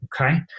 okay